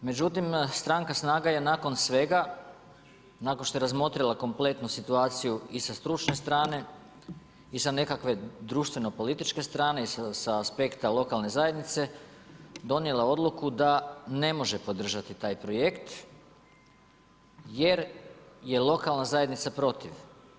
Međutim, stranka SNAGA je nakon svega, nakon što je razmotrila kompletnu situaciju i sa stručne strane i sa nekakve društveno političke strane i sa aspekta lokalne zajednice donijela odluku da ne može podržati taj projekt jer je lokalna zajednica protiv.